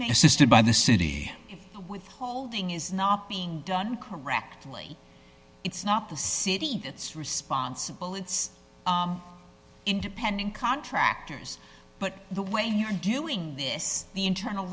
system by the city withholding is not being done correctly it's not the city that's responsible it's independent contractors but the way you're doing this the internal